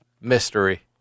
Mystery